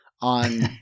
on